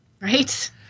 right